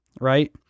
right